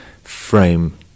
frame